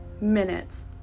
minutes